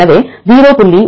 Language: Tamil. எனவே 0